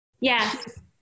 yes